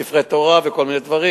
ספרי תורה ועוד כל מיני דברים,